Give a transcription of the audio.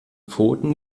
pfoten